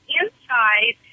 inside